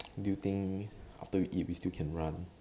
do you think after we eat we still can run